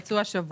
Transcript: הנושא.